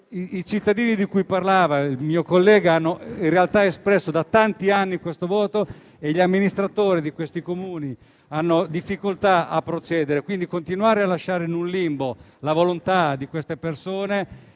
i cittadini di cui parlava il mio collega in realtà hanno espresso da tanti anni il relativo voto e gli amministratori di questi Comuni hanno difficoltà a procedere. Continuare a lasciare in un limbo la volontà di queste persone